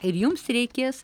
ir jums reikės